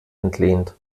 entlehnt